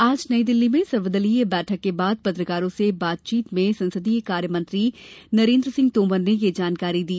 आज नई दिल्ली में सर्वदलीय बैठक के बाद पत्रकारों से बातचीत में संसदीय कार्य मंत्री नरेन्द्र सिंह तोमर ने यह जानकारी दी